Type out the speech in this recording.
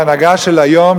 ההנהגה של היום,